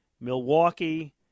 Milwaukee